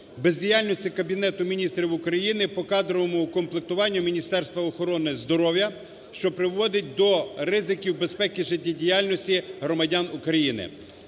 бездіяльності Кабінету Міністрів України по кадровому комплектуванню Міністерства охорони здоров'я, що приводить до ризиків безпеки життєдіяльності громадян України.